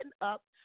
up